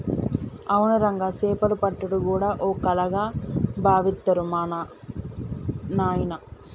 అవును రంగా సేపలు పట్టుడు గూడా ఓ కళగా బావిత్తరు మా నాయిన